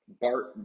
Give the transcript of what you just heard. Bart